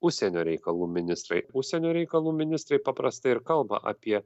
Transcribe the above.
užsienio reikalų ministrai užsienio reikalų ministrai paprastai ir kalba apie